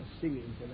singing